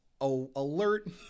alert